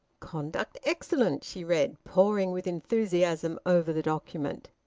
conduct excellent, she read, poring with enthusiasm over the document.